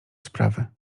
sprawy